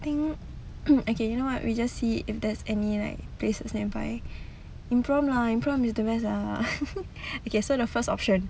I think okay you know what we just see if there's any like places nearby in prom line problem is it depends ah okay so the first option